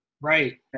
right